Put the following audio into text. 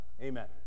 Amen